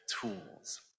tools